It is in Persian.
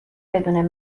بدون